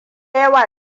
yawa